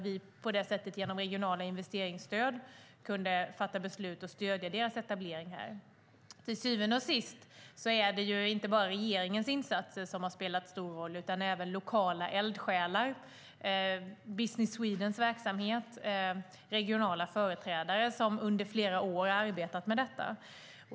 Vi kunde genom regionala investeringsstöd stödja företagets etablering här. Till syvende och sist är det inte bara regeringens insatser som har spelat stor roll, utan även lokala eldsjälar, Business Sweden och regionala företrädare har under flera år arbetat med detta.